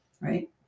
right